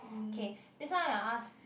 K this one I'll ask